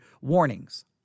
warnings